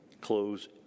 close